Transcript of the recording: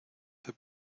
the